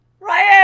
Ryan